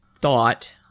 thought